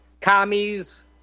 commies